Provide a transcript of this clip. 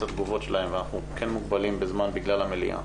אנחנו מוגבלים בזמן בגלל המליאה.